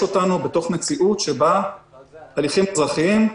אותנו בתוך מציאות שבה הליכים אזרחיים,